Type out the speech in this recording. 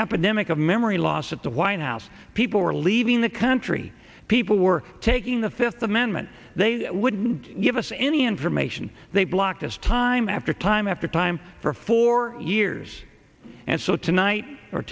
epidemic of memory loss at the white house people were leaving the country people were taking the fifth amendment they wouldn't give us any information they blocked us time after time after time for four years and so tonight or